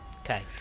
Okay